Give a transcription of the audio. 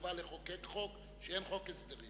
בטובה לחוקק חוק שאומר שאין חוק הסדרים.